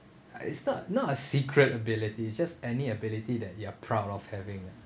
it's not not a secret ability it just any ability that you are proud of having ah